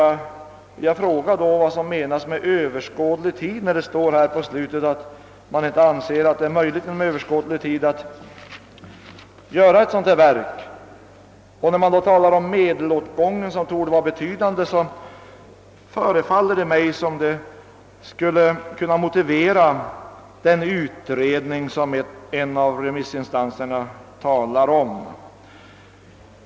Jag vill fråga :vad som menas med: överskådlig tid när utskottsmajoriteten i slutet av sitt utlåtande skrivit att det inte är möjligt att inom överskådlig tid upprätta ett dylikt verk. När det talas om medelsåtgången, som torde vara betydande, förefaller det mig som om detta skulle kunna motivera den utredning som. en av remissinstanserna talar om.